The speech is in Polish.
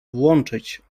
włączyć